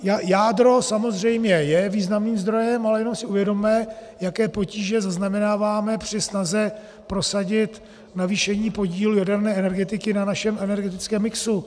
Jádro samozřejmě je významným zdrojem, ale jenom si uvědomme, jaké potíže zaznamenáváme při snaze prosadit navýšení podílu jaderné energetiky na našem energetickém mixu.